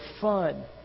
fun